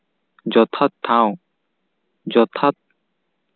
ᱡᱚᱛᱷᱟᱛ ᱴᱷᱟᱶ ᱡᱚᱛᱷᱟᱛ